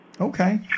Okay